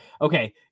Okay